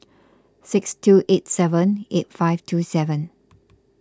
six two eight seven eight five two seven